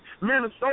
Minnesota